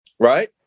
Right